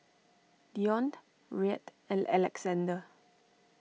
Dionne Reid and Alexander